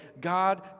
God